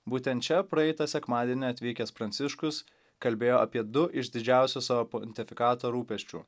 būtent čia praeitą sekmadienį atvykęs pranciškus kalbėjo apie du iš didžiausių savo pontifikato rūpesčių